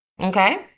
Okay